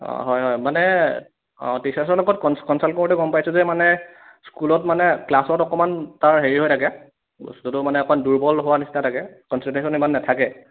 অঁ হয় হয় মানে টিচাৰ্ছৰ লগত কন কনছাল্ট কৰোঁতে গম পাইছোঁ যে মানে স্কুলত মানে ক্লাছত অকণমান তাৰ হেৰি হৈ থাকে বস্তুটো মানে অকণ দূৰ্বল হোৱা নিচিনা থাকে কনচেনট্ৰেচন ইমান নাথাকে